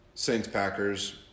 Saints-Packers